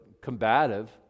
combative